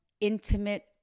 Intimate